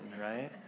right